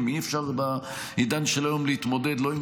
אי-אפשר בעידן של היום להתמודד לא עם